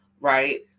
right